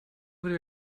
würde